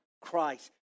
Christ